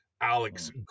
Alex